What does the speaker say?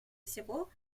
всего